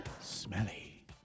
Smelly